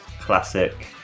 classic